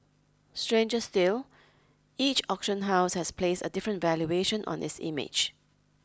stranger still each auction house has placed a different valuation on its image